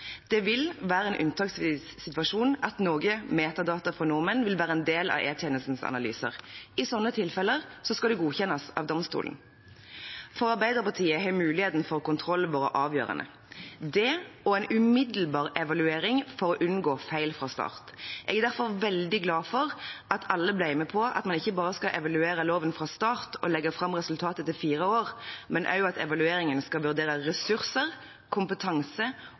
Det vil være en unntaksvis situasjon at noe metadata fra nordmenn vil være en del av E-tjenestens analyser. I sånne tilfeller skal det godkjennes av domstolen. For Arbeiderpartiet har muligheten for kontroll vært avgjørende – det og en umiddelbar evaluering for å unngå feil fra start. Jeg er derfor veldig glad for at alle ble med på at man ikke bare skal evaluere loven fra start og legge fram resultat etter fire år, men også at evalueringen skal vurdere ressurser, kompetanse